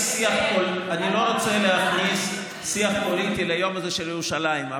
רוצה להכניס שיח פוליטי ליום הזה של ירושלים,